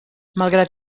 malgrat